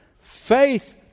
Faith